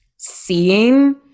seeing